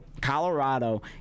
Colorado